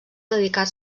dedicar